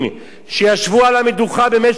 שישבו על המדוכה במשך שנים,